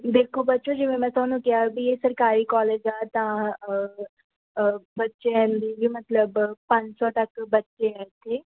ਦੇਖੋ ਬੱਚਿਓ ਜਿਵੇਂ ਮੈਂ ਤੁਹਾਨੂੰ ਕਿਹਾ ਵੀ ਇਹ ਸਰਕਾਰੀ ਕਾਲਜ ਆ ਤਾਂ ਬੱਚਿਆਂ ਦੀ ਵੀ ਮਤਲਬ ਪੰਜ ਸੌ ਤੱਕ ਬੱਚੇ ਹੈ ਇੱਥੇ